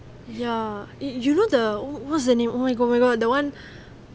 ya eh you know the what's the name oh my god oh my god that [one]